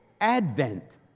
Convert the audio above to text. Advent